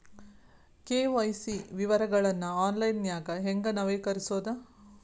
KYC ವಿವರಗಳನ್ನ ಆನ್ಲೈನ್ಯಾಗ ಹೆಂಗ ನವೇಕರಿಸೋದ